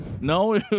no